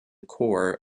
core